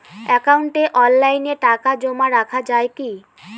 একাউন্টে অনলাইনে টাকা জমা রাখা য়ায় কি?